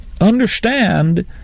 Understand